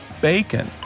bacon